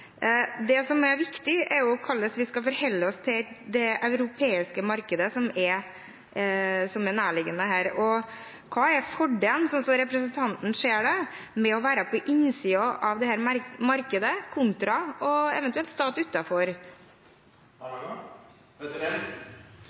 Det som er viktig, og som er nærliggende her, er hvordan vi skal forholde oss til det europeiske markedet. Hva er fordelen, slik representanten ser det, med å være på innsiden av dette markedet kontra eventuelt